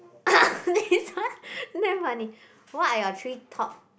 this one damn funny what are your three top